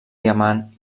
diamant